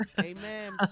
Amen